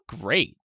great